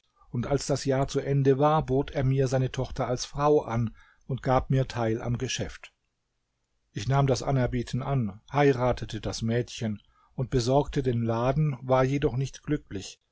und als das jahr zu ende war bot er mir seine tochter als frau an und gab mir teil am geschäft ich nahm das anerbieten an heiratete das mädchen und besorgte den laden war jedoch nicht glücklich